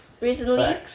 recently